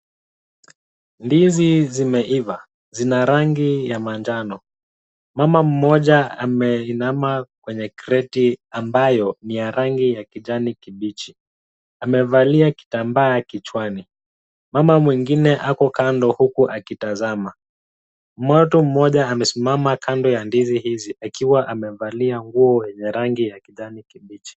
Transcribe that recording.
Ndizi zimeiva. Zina rangi ya manjano. Mama mmoja ameinama kwenye kreti ambayo ni ya rangi ya kijani kibichi. Amevalia kitambaa kichwani. Mama mwingine ako kando huku akitazama. Mtu mmoja amesimama kando ya ndizi hizi akiwa amevalia nguo zenye rangi ya kijani kibichi.